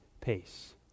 pace